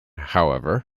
however